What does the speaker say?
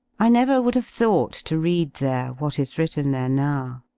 i never would have thought to read there what is written there now.